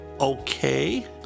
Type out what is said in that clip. Okay